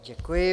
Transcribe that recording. Děkuji.